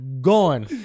Gone